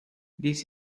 this